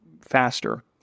faster